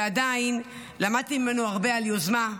ועדיין למדתי ממנו הרבה על יוזמה,